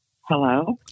Hello